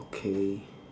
okay